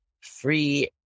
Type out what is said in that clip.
free